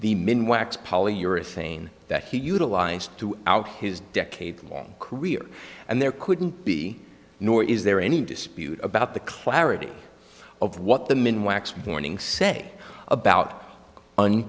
the min wax polyurethane that he utilized to out his decades long career and there couldn't be nor is there any dispute about the clarity of what the men wax morning say about